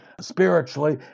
spiritually